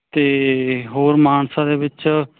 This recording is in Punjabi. ਅਤੇ ਹੋਰ ਮਾਨਸਾ ਦੇ ਵਿੱਚ